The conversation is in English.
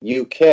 uk